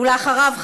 אחריו,